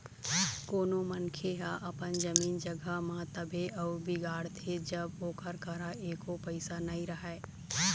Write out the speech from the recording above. कोनो मनखे ह अपन जमीन जघा ल तभे अउ बिगाड़थे जब ओकर करा एको पइसा नइ रहय